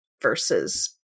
versus